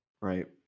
Right